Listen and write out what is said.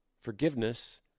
Forgiveness